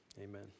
Amen